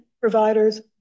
providers